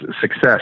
success